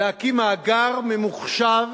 להקים מאגר ממוחשב